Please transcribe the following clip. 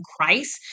Christ